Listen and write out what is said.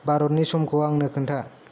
भारतनि समखौ आंनो खोन्था